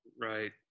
Right